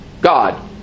God